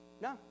No